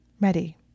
Ready